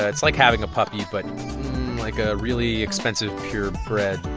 it's like having a puppy but like a really expensive, purebred,